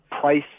price